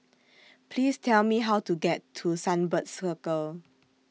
Please Tell Me How to get to Sunbird Circle